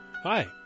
Hi